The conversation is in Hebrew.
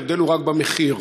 ההבדל הוא רק במחיר.